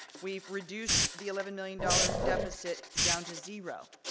we've reduced the eleven million dollars deficit down to zero.